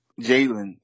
Jalen